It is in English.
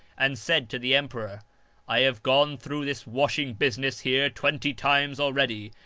and said to the emperor i have gone through this washing business here twenty times already,